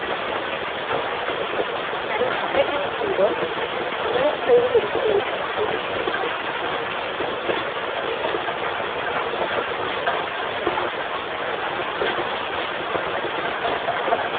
ᱛᱟᱦᱞᱮ ᱟᱯᱮ ᱴᱷᱮᱱ ᱠᱷᱚᱱ ᱫᱚ ᱛᱤᱱᱟᱹᱜ ᱥᱟᱺᱜᱤᱧ ᱨᱮᱠᱚ ᱢᱮᱞᱟ ᱟᱠᱟᱫᱟ ᱦᱩᱸ